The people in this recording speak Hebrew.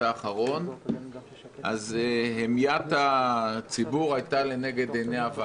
האחרון המיית הציבור הייתה לנגד עיניה.